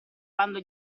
quando